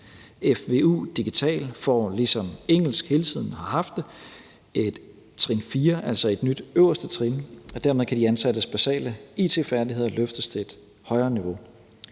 Fvu-digital får, ligesom engelsk hele tiden har haft det, et trin 4, altså et nyt øverste trin, og dermed kan de ansattes basale it-færdigheder løftes til et højere niveau.